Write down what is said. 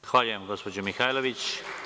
Zahvaljujem gospođo Mihajlović.